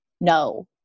no